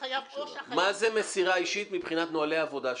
מה זה מסירה אישית מבחינת נוהלי עבודה שלכם?